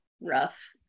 rough